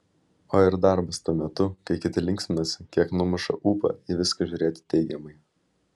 o ir darbas tuo metu kai kiti linksminasi kiek numuša ūpą į viską žiūrėti teigiamai